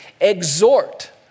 exhort